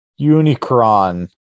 Unicron